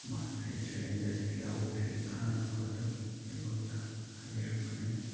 ꯃꯥꯁꯨ ꯏꯟꯁꯨꯔꯦꯟꯁ ꯑꯁꯤ ꯌꯥꯎꯕꯗꯒꯤ ꯀꯥꯟꯅꯕ ꯑꯗꯨ ꯑꯩꯉꯣꯟꯗ ꯍꯥꯏꯕꯤꯔꯛꯄꯅꯤ